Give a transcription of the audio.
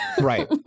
Right